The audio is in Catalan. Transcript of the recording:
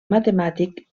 matemàtic